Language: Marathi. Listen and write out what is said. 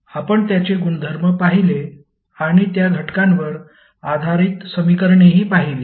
आपण त्यांचे गुणधर्म पाहिले आणि त्या घटकांवर आधारित समीकरणेही पाहिली